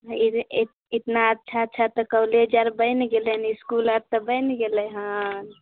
ई जे इतना अच्छा अच्छा तऽ कौलेज आर बनि गेलै इसकुल आर तऽ बनि गेलै हन